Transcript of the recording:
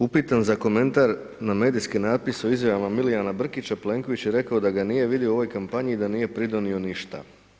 Upitan za komentar na medijski natpis o izjavama Milijana Brkića, Plenković je rekao da ga nije vidio u ovoj kampanji i da nije pridonio ništa.